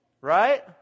Right